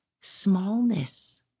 smallness